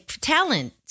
talent